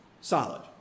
solid